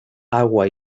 agua